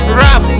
rap